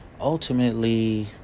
ultimately